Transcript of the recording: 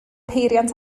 peiriant